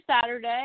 Saturday